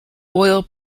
oil